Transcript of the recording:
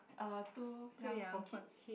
uh too young for kids